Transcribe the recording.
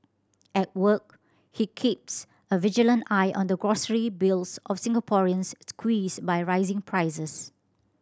at work he keeps a vigilant eye on the grocery bills of Singaporeans squeezed by rising prices